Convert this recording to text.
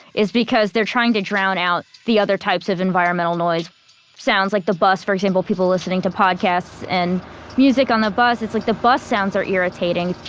is because they're trying to drown out the other types of environmental noise sounds like the bus for example, people listening to podcasts and music on the bus, it's like the bus sounds are irritating,